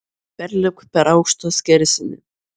perlipk per aukštą skersinį